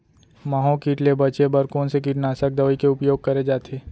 माहो किट ले बचे बर कोन से कीटनाशक दवई के उपयोग करे जाथे?